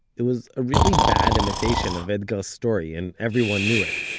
it was a really bad imitation of etgar's story, and everyone knew it.